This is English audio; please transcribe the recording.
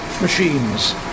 machines